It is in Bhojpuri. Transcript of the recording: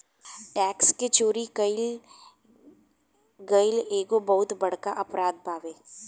टैक्स के चोरी कईल एगो बहुत बड़का अपराध बावे